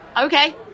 Okay